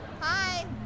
Hi